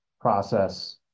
process